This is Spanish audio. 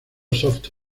soft